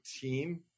team